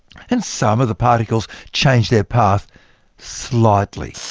and some of the particles changed their path slightly.